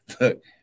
look